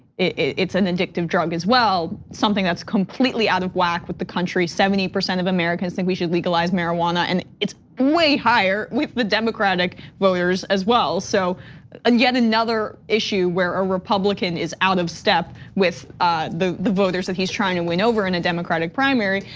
an addictive drug as well. something that's completely out of whack with the country. seventy percent of americans think we should legalize marijuana and it's way higher with the democratic voters, as well. so yet, another issue where a republican is out of step with the the voters that he's trying to win over in a democratic primary.